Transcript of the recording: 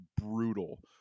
brutal